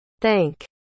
Thank